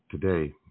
today